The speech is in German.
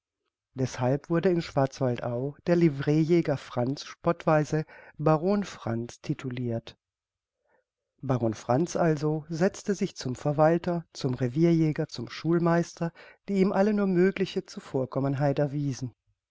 deßhalb wurde in schwarzwaldau der livreejäger franz spottweise baron franz titulirt baron franz also setzte sich zum verwalter zum revierjäger zum schulmeister die ihm alle nur mögliche zuvorkommenheit erwiesen